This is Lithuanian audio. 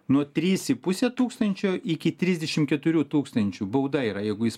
nuo trys į pusę tūkstančio iki trisdešim keturių tūkstančių bauda yra jeigu jis